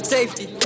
Safety